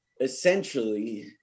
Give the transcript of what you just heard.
essentially